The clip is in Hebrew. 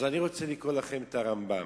אז אני רוצה לקרוא לכם את הרמב"ם.